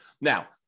Now